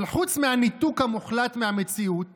אבל חוץ מהניתוק המוחלט מהמציאות